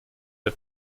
der